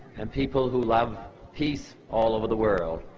and people who love peace all over the world,